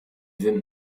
sind